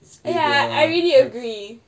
it's bigger